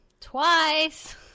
Twice